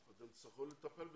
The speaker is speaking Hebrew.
אתם תצטרכו לטפל בזה.